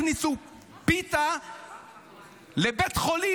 הכניסו פיתה לבית חולים,